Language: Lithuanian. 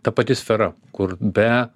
ta pati sfera kur be